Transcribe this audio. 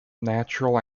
natural